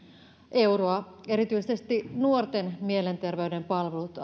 euroa erityisesti nuorten mielenterveyden palvelut